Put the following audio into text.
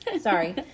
Sorry